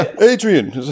Adrian